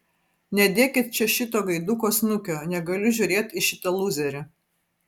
nedėkit čia šito gaiduko snukio negaliu žiūrėti į šitą lūzerį